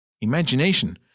Imagination